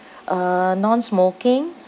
uh non smoking